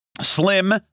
slim